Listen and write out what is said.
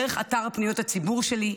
דרך אתר פניות הציבור שלי,